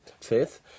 Fifth